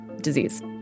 disease